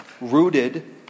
Rooted